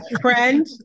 friend